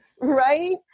Right